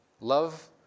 Love